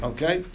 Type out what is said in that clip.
Okay